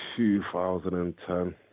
2010